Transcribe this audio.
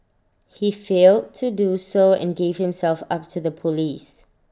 he failed to do so and gave himself up to the Police